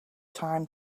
time